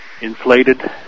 inflated